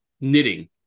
knitting